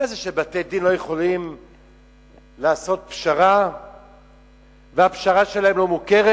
איך זה שבתי-הדין לא יכולים לעשות פשרה והפשרה שלהם לא מוכרת?